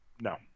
No